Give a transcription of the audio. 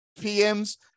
pm's